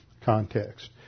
context